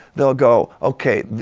they'll go, okay,